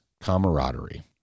camaraderie